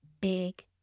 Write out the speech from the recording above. big